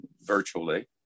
virtually